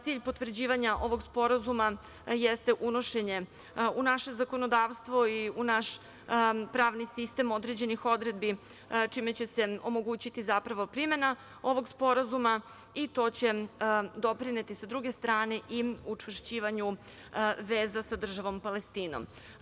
Cilj potvrđivanja ovog sporazuma jeste unošenje u naše zakonodavstvo i u naš pravni sistem određenih odredbi, čime će se omogućiti primena ovog sporazuma i to će doprineti sa druge strane i učvršćivanju veza sa državom Palestinom.